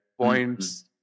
points